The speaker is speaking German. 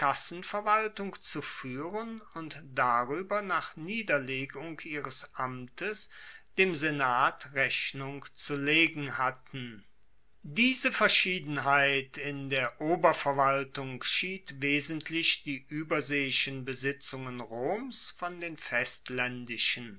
kassenverwaltung zu fuehren und darueber nach niederlegung ihres amtes dem senat rechnung zu legen hatten diese verschiedenheit in der oberverwaltung schied wesentlich die ueberseeischen besitzungen roms von den